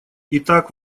итак